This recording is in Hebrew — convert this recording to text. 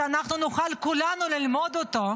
שאנחנו נוכל כולנו ללמוד אותו,